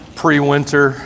pre-winter